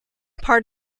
part